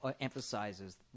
emphasizes